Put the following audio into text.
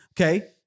okay